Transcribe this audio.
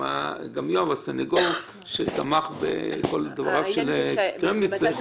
גם הסניגור שתמך בכל דברי קרמניצר גם